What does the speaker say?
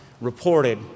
reported